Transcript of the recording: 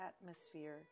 atmosphere